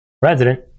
President